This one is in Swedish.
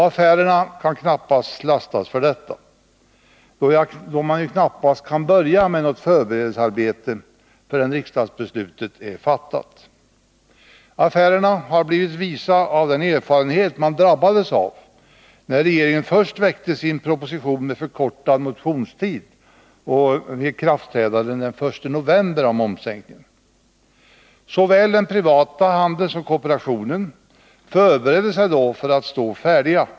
Affärerna kan knappast lastas för detta, då något förberedelsearbete inte kan påbörjas förän riksdagsbeslutet är fattat. Affärsmännen har blivit visa av den erfarenhet de drabbades av när regeringen först lade fram sin proposition med förslag om förkortad motionstid och ikraftträdande den 1 november av momssänkningen. Såväl den privata handeln som kooperationen förberedde sig då för att stå färdig.